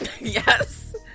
yes